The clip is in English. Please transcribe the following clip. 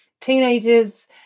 teenagers